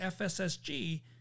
FSSG